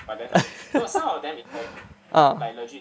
ah